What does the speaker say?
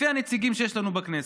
לפי הנציגים שיש לנו בכנסת,